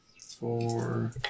four